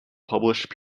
published